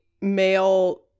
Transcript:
male